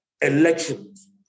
elections